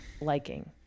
liking